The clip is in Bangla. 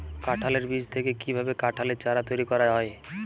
কাঁঠালের বীজ থেকে কীভাবে কাঁঠালের চারা তৈরি করা হয়?